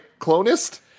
clonist